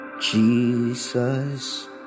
Jesus